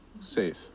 safe